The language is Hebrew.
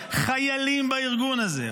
חיילים בארגון הזה,